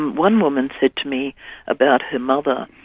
one woman said to me about her mother,